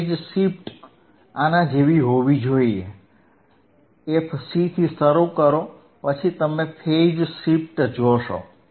phase shift આના જેવી હોવી જોઈએ fC થી શરૂ કરો પછી તમે ફેઝ શિફ્ટ જોશો